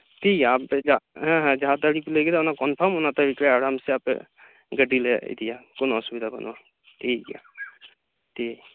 ᱴᱷᱤᱠ ᱜᱮᱭᱟ ᱟᱯᱮ ᱡᱟ ᱦᱮᱸ ᱦᱮᱸ ᱡᱟᱦᱟᱸ ᱛᱟᱨᱤᱠᱷ ᱯᱮ ᱞᱟᱹᱭ ᱠᱟᱫᱟ ᱚᱱᱟ ᱠᱚᱱᱯᱷᱟᱨᱢ ᱤᱱᱟᱹ ᱛᱟᱨᱤᱠᱷ ᱨᱮ ᱟᱨᱟᱢ ᱥᱮ ᱟᱯᱮ ᱜᱟᱹᱰᱤᱞᱮ ᱤᱫᱤᱭᱟ ᱠᱚᱱᱚ ᱚᱥᱩᱵᱤᱫᱟ ᱵᱟᱹᱱᱩᱜᱼᱟ ᱴᱷᱤᱠ ᱜᱮᱭᱟ ᱴᱷᱤᱠ